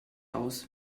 aus